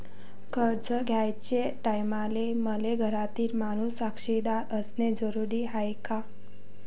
कर्ज घ्याचे टायमाले मले घरातील माणूस साक्षीदार असणे जरुरी हाय का?